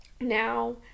Now